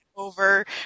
Over